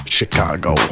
Chicago